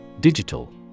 Digital